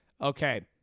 Okay